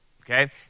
Okay